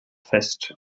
fest